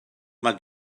mae